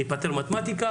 זה ייפתר במתמטיקה,